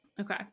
Okay